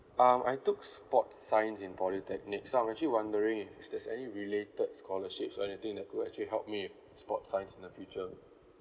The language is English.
um I took sports science in polytechnic so I'm actually wondering if there's any related scholarships or anything that could actually help me with sports science in the future